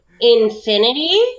infinity